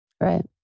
Right